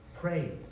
Pray